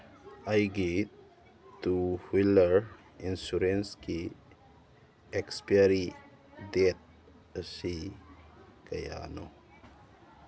ꯑꯩꯒꯤ two wheeler ꯏꯟꯁꯨꯔꯦꯟꯁꯀꯤ expiry date ꯑꯁꯤ ꯀꯌꯥꯅꯣ